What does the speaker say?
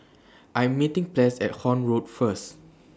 I Am meeting Ples At Horne Road First